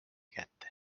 kätte